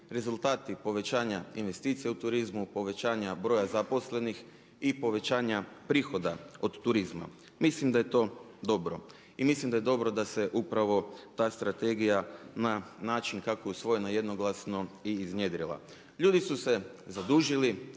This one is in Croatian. rezultati povećanja investicija u turizmu, povećanja broja zaposlenih i povećanja prihoda od turizma. Mislim da je to dobro. I mislim da je dobro da se upravo ta strategija na način kako je usvojena jednoglasno i iznjedrila. Ljudi su se zadužili